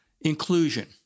Inclusion